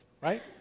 right